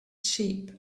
sheep